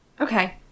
Okay